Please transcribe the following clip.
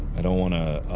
i don't wanna ah